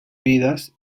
vidas